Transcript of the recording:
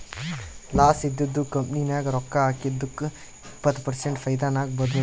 loss ಇದ್ದಿದು company ನಾಗ್ ರೊಕ್ಕಾ ಹಾಕಿದ್ದುಕ್ ಇಪ್ಪತ್ ಪರ್ಸೆಂಟ್ ಫೈದಾ ನಾಗ್ ಬಂದುದ್